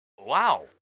Wow